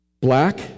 black